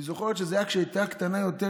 היא זוכרת שזה היה כשהיא הייתה קטנה יותר,